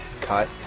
cut